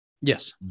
yes